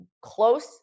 close